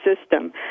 system